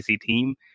team